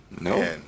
No